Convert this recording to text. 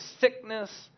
sickness